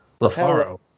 LaFaro